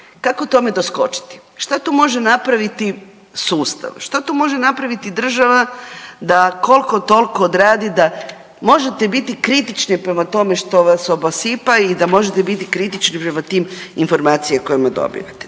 Kako tome doskočiti, šta tu može napraviti sustav, šta tu može napraviti država da kolko tolko odradi da možete biti kritični prema tome što vas obasipa i da možete biti kritični prema tim informacijama koje dobivate.